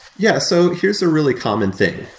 yeah so here's a really common thing.